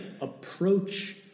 approach